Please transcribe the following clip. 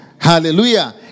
Hallelujah